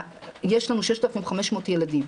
ויש לנו 6,500 ילדים.